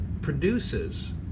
produces